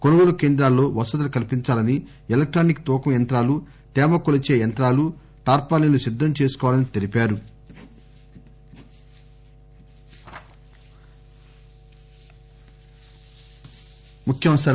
కొనుగోలు కేంద్రాల్లో వసతులు కల్పించాలని ఎలక్షానిక్ తూకం యంత్రాలు తేమ కొలిచే యంత్రాలు టార్పాలీన్లు సిద్దం చేసుకోవాలని తెలిపారు